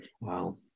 Wow